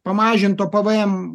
pamažinto pvm